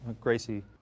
Gracie